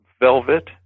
velvet